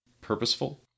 Purposeful